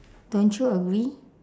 don't you agree